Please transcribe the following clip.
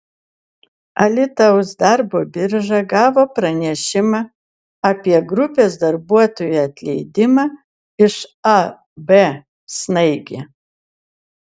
alytaus darbo birža gavo pranešimą apie grupės darbuotojų atleidimą iš ab snaigė